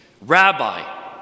Rabbi